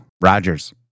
Rogers